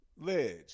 Ledge